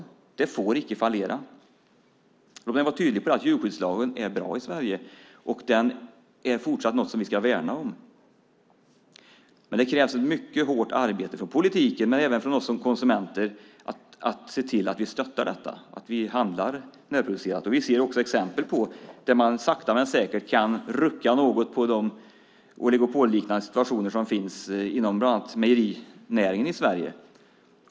De får icke fallera. Jag vill vara tydlig med att djurskyddslagen i Sverige är bra. Det är något som vi fortsatt ska värna om. Det krävs ett mycket hårt arbete från politiken men också från oss som konsumenter att se till att vi stöttar detta när vi handlar närproducerat. Vi ser också exempel där man sakta men säkert kan rucka något på den oligopolliknande situation som finns inom bland annat mejerinäringen i Sverige.